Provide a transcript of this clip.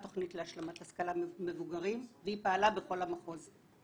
תוכנית להשלמת השכלת מבוגרים והיא פעלה בכל המחוז.